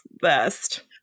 best